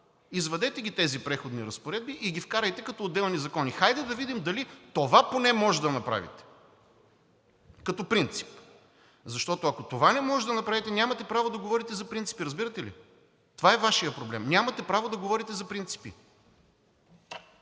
извадете ги тези преходни разпоредби, и ги вкарайте като отделни закони. Хайде да видим дали това поне можете да направите – като принцип, защото, ако това не можете да направите, нямате право да говорите за принципи, разбирате ли? Това е Вашият проблем. Нямате право да говорите за принципи.